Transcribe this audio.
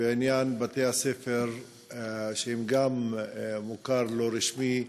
עניין בתי-הספר שהם גם במוכר הלא-רשמי,